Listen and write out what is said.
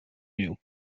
new